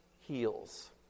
heals